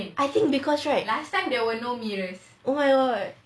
I think because right oh my god